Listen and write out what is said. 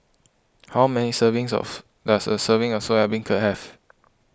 how many servings of does a serving of Soya Beancurd have